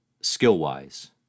skill-wise